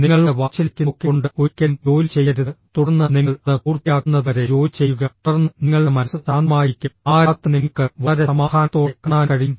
നിങ്ങളുടെ വാച്ചിലേക്കു നോക്കികൊണ്ട് ഒരിക്കലും ജോലി ചെയ്യരുത് തുടർന്ന് നിങ്ങൾ അത് പൂർത്തിയാക്കുന്നതുവരെ ജോലി ചെയ്യുക തുടർന്ന് നിങ്ങളുടെ മനസ്സ് ശാന്തമായിരിക്കും ആ രാത്രി നിങ്ങൾക്ക് വളരെ സമാധാനത്തോടെ കാണാൻ കഴിയും